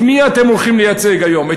את מי אתם הולכים לייצג היום?